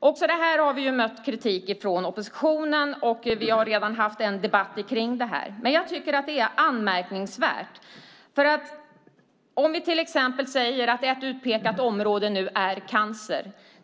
Också här har vi mött kritik från oppositionen, och vi har redan haft en debatt om detta. Det är anmärkningsvärt. Ett utpekat område är cancer.